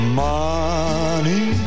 money